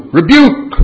rebuke